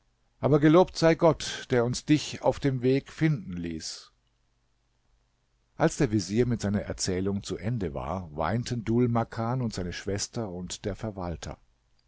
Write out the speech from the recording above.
aber gelobt sei gott der uns dich auf dem weg finden ließ als der vezier mit seiner erzählung zu ende war weinten dhul makan und seine schwester und der verwalter